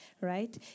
right